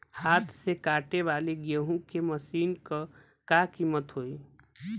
हाथ से कांटेवाली गेहूँ के मशीन क का कीमत होई?